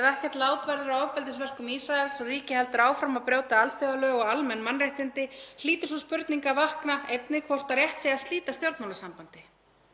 Ef ekkert lát verður á ofbeldisverkum Ísraels og ríkið heldur áfram að brjóta alþjóðalög og almenn mannréttindi hlýtur sú spurning einnig að vakna hvort rétt sé að slíta stjórnmálasambandi